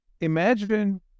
imagine